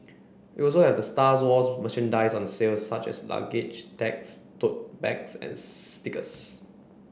also have Stars Wars merchandise on sale such as luggage tags tote bags and stickers